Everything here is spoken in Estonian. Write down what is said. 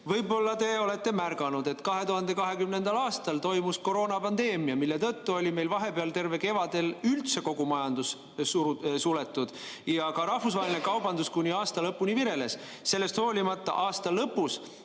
Võib-olla te olete märganud, et 2020. aastal toimus koroonapandeemia, mille tõttu oli meil vahepeal terve kevade üldse kogu majandus suletud ja ka rahvusvaheline kaubandus kuni aasta lõpuni vireles. Sellest hoolimata aasta lõpus